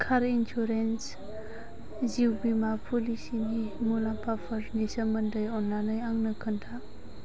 car insurance जिउ बीमा पलिसिनि मुलाम्फाफोरनि सोमोन्दै अन्नानै आंनो खोनथा